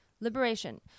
Liberation